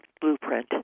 blueprint